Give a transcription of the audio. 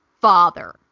father